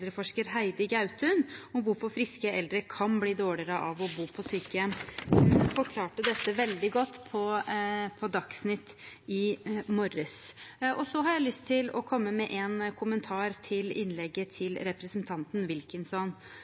eldreforsker Heidi Gautun om hvorfor friske eldre kan bli dårligere av å bo på sykehjem. Hun forklarte dette veldig godt på Dagsnytt i morges. Så har jeg lyst til å komme med en kommentar til innlegget til representanten Wilkinson.